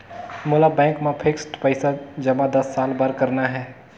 मोला बैंक मा फिक्स्ड पइसा जमा दस साल बार करना हे?